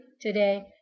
today